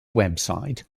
website